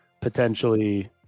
potentially –